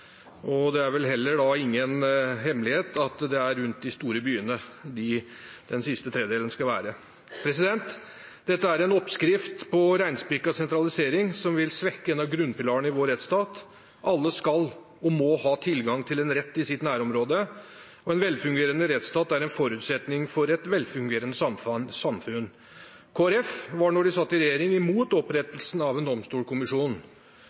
og det er vel heller ingen hemmelighet at det er rundt de store byene den siste tredjedelen da skal være. Dette er en oppskrift på reinspikka sentralisering, som vil svekke en av grunnpilarene i vår rettsstat. Alle skal og må ha tilgang til en rett i sitt nærområde, og en velfungerende rettsstat er en forutsetning for et velfungerende samfunn. Kristelig Folkeparti var da de satt i opposisjon, imot